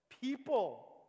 people